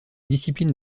disciplines